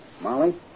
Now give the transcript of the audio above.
Molly